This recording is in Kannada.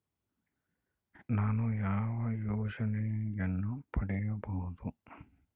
ನಾನು ಯಾವ ಯೋಜನೆಯನ್ನು ಪಡೆಯಬಹುದು?